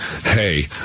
hey